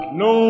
no